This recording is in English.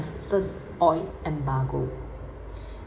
the first oil embargo